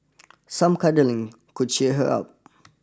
some cuddling could cheer her up